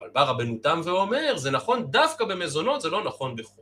אבל בא רבנו תם ואומר, זה נכון דווקא במזונות, זה לא נכון בחוק.